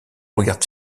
regarde